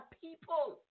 people